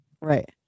right